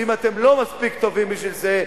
ואם אתם לא מספיק טובים בשביל זה,